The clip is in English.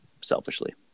selfishly